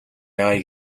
яая